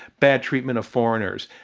bad treatment of foreigners,